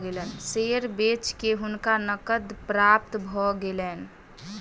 share बेच के हुनका नकद प्राप्त भ गेलैन